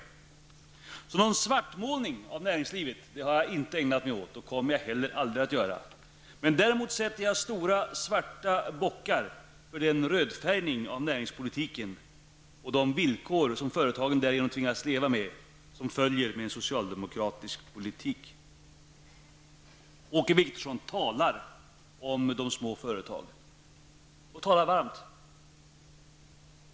Någon svartmålning av näringslivet har jag inte ägnat mig åt och kommer heller aldrig att göra. Däremot sätter jag stora svarta bockar för den rödfärgning av näringspolitiken och de villkor som företagen därigenom tvingats leva med som följer med socialdemokratisk politik. Åke Wictorsson talar om de små företagen, och talar varmt.